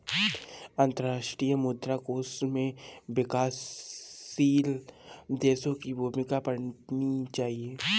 अंतर्राष्ट्रीय मुद्रा कोष में विकासशील देशों की भूमिका पढ़नी चाहिए